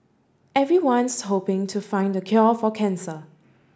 everyone's hoping to find the cure for cancer